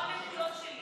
העונג כולו שלי.